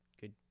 good